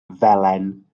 felen